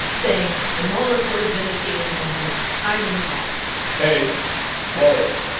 saying the mueller report has vindicated him. and it's time to move on case closed.